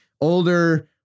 older